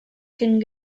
cyn